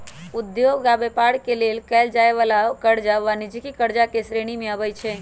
उद्योग आऽ व्यापार के लेल कएल जाय वला करजा वाणिज्यिक करजा के श्रेणी में आबइ छै